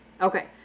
Okay